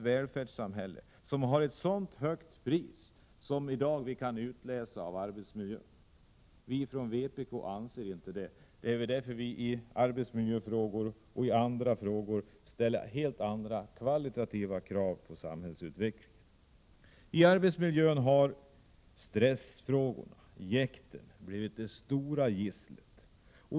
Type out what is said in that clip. välfärdssamhälle vi har i dag, som har ett mycket högt pris när det gäller arbetsmiljöskador? Vi i vpk anser inte det. Det är därför vi i arbetsmiljöfrågor och andra frågor ställer helt andra kvalitetskrav på samhällsutvecklingen än andra partier gör. När det gäller arbetsmiljön har stressen och jäktet blivit det stora gisslet.